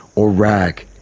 or raag.